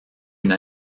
une